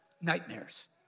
nightmares